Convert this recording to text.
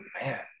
man